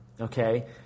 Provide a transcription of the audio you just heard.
Okay